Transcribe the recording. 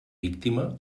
víctima